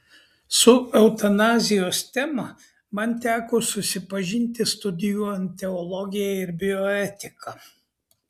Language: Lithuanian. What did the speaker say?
su eutanazijos tema man teko susipažinti studijuojant teologiją ir bioetiką